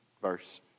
verse